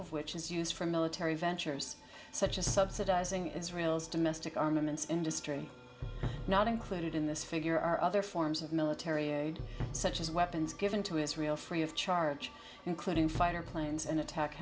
of which is used for military ventures such as subsidizing israel still mystic armaments industry not included in this figure are other forms of military aid such as weapons given to israel free of charge including fighter planes and